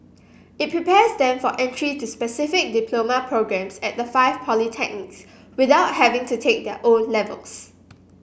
it prepares them for entry to specific diploma programmes at the five polytechnics without having to take their O levels